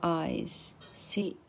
eyes，See